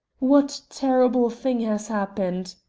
what terrible thing has happened?